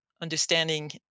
understanding